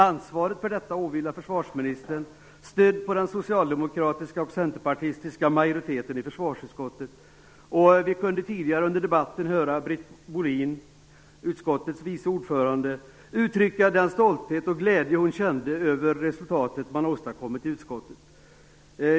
Ansvaret för detta åvilar försvarsministern stödd på den socialdemokratiska och centerpartistiska majoriteten i försvarsutskottet. Vi kunde tidigare under debatten höra utskottets vice ordförande Britt Bohlin uttrycka den stolthet och glädje som hon kände över det resultat som man har åstadkommit i utskottet.